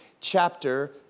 chapter